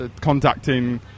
contacting